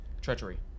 treachery